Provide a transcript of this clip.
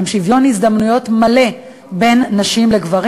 עם שוויון הזדמנויות מלא בין נשים לגברים.